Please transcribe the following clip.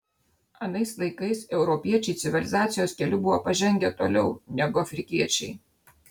anais laikais europiečiai civilizacijos keliu buvo pažengę toliau negu afrikiečiai